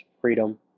freedom